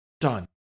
Done